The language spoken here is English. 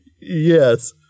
Yes